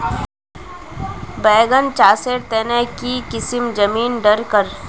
बैगन चासेर तने की किसम जमीन डरकर?